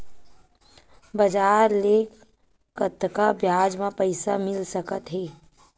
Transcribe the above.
बजार ले कतका ब्याज म पईसा मिल सकत हे?